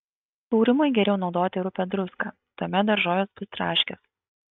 sūrymui geriau naudoti rupią druską tuomet daržovės bus traškios